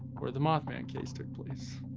where the mothman case took place.